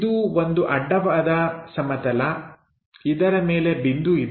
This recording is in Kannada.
ಇದು ಒಂದು ಅಡ್ಡ ಅಡ್ಡವಾದ ಸಮತಲಇದರ ಮೇಲೆ ಬಿಂದು ಇದೆ